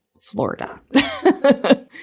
Florida